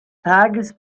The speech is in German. tages